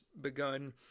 begun